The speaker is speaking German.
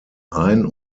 ein